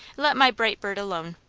let my bright bird alone.